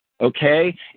okay